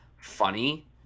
funny